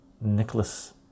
Nicholas